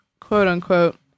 quote-unquote